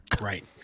Right